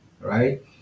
right